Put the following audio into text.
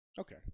Okay